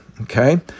okay